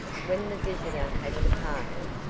when the visitor had departed,